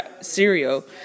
cereal